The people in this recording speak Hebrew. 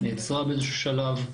נעצרה באיזשהו שלב,